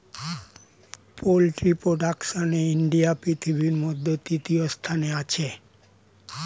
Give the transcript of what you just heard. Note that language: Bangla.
পোল্ট্রি প্রোডাকশনে ইন্ডিয়া পৃথিবীর মধ্যে তৃতীয় স্থানে আছে